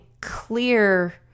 clear